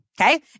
Okay